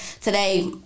today